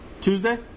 Tuesday